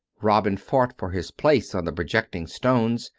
robin fought for his place on the projecting stones,